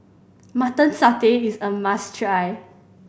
Mutton Satay is a must try